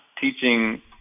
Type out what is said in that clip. teaching